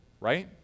Right